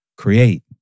create